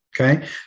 Okay